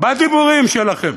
בדיבורים שלכם,